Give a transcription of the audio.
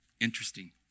Interesting